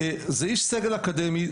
וזה איש סגל אקדמי,